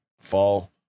fall